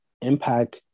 impact